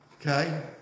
Okay